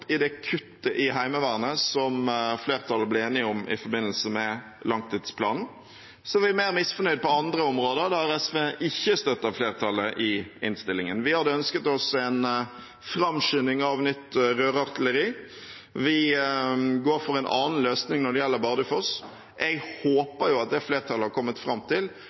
i det kuttet i Heimevernet som flertallet ble enige om i forbindelse med langtidsplanen. Så er vi mer misfornøyd på andre områder, der SV ikke støtter flertallet i innstillingen. Vi hadde ønsket oss en framskynding av nytt rørartilleri. Vi går for en annen løsning når det gjelder Bardufoss. Jeg håper at det flertallet har kommet fram til,